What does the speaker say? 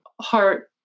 heart